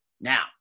Now